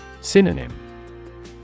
Synonym